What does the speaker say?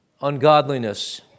ungodliness